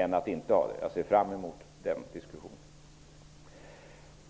Jag ser fram emot en diskussion om det.